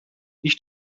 ich